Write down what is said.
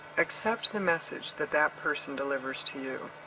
accept the message that that person delivers to you.